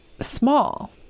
small